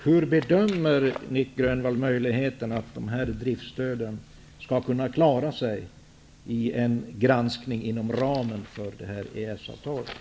Hur bedömer Nic Grönvall möjligheterna för att driftsstöden skall kunna klara sig i en granskning inom ramen för EES-avtalet?